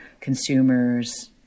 consumers